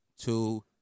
two